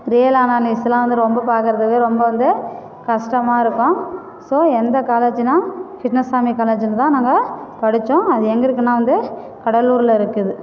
real ஆனாலிஸ்லாம் வந்து ரொம்ப பார்க்குறதுக்கு ரொம்ப வந்து கஷ்டமாயிருக்கும் ஸோ எந்த காலேஜ்னா கிருஷ்ணசாமி காலேஜில் தான் நாங்கள் படிச்சோம் அது எங்கேருக்குன்னா வந்து கடலூரில் இருக்குது